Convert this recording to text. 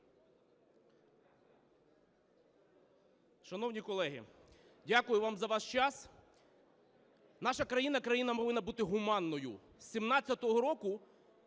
Шановні колеги, дякую вам за ваш час. Наша країна, країна повинна бути гуманною. З 17-го року,